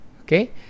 Okay